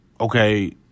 okay